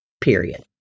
period